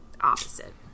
Opposite